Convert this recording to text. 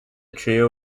trio